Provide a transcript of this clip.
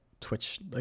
Twitch